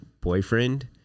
boyfriend